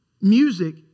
music